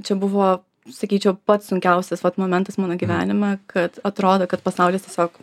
čia buvo sakyčiau pats sunkiausias momentas mano gyvenime kad atrodo kad pasaulis tiesiog